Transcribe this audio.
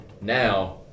now